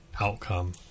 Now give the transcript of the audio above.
outcome